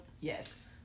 yes